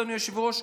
אדוני היושב-ראש,